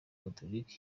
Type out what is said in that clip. gatolika